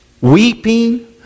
weeping